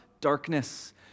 darkness